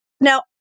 Now